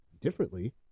differently